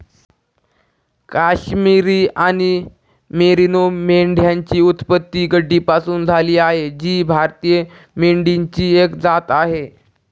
काश्मिरी आणि मेरिनो मेंढ्यांची उत्पत्ती गड्डीपासून झाली आहे जी भारतीय मेंढीची एक जात आहे